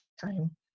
time